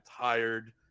tired